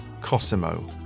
Cosimo